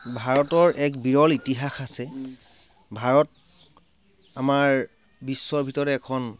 ভাৰতৰ এক বিৰল ইতিহাস আছে ভাৰত আমাৰ বিশ্বৰ ভিতৰত এখন